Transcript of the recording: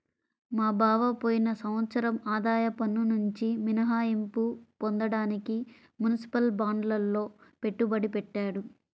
మా బావ పోయిన సంవత్సరం ఆదాయ పన్నునుంచి మినహాయింపు పొందడానికి మునిసిపల్ బాండ్లల్లో పెట్టుబడి పెట్టాడు